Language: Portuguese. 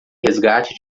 resgate